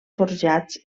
forjats